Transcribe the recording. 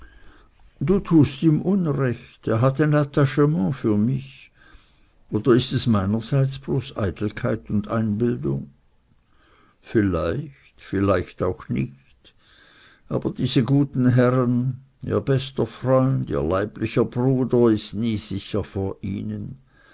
du tust ihm unrecht er hat ein attachement für mich oder ist es meinerseits bloß eitelkeit und einbildung vielleicht vielleicht auch nicht aber diese guten herren ihr bester freund ihr leiblicher bruder ist nie sicher vor ihnen